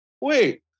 wait